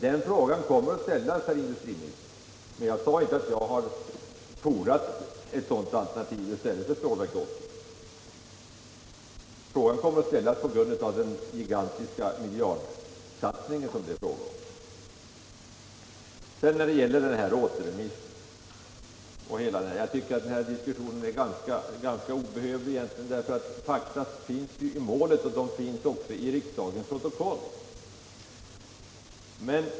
Den frågan kommer att ställas, herr industriminister, på grund av den gigantiska satsning det här rör sig om. Men jag sade inte att jag fordrar ett sådant alternativ i stället för Stålverk 80. Den här diskussionen om återremissen tycker jag egentligen är ganska obehövlig, för fakta finns ju i målet, därtill i riksdagens protokoll.